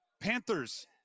Panthers